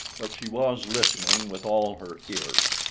but she was listening with all her ears.